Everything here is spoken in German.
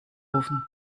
rufen